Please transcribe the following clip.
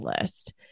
list